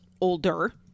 older